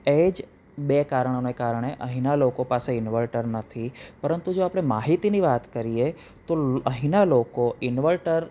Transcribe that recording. એ જ બે કારણોને કારણે અહીંના લોકો પાસે ઈન્વર્ટર નથી પરંતુ જો આપણે માહિતીની વાત કરીએ તો લો અહીંના લોકો ઈન્વર્ટર